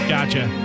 Gotcha